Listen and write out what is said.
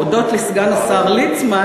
הודות לסגן השר ליצמן,